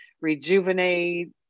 rejuvenate